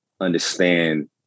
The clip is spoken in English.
understand